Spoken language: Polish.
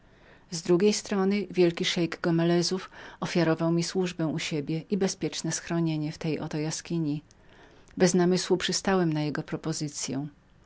z drugiej strony wielki szeik gomelezów ofiarował mi służbę u siebie i bezpieczne schronienie w tej oto jaskini bez namysłu przystałem na jego